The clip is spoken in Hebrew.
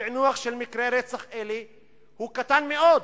הפענוח של מקרי רצח אלה הוא קטן מאוד.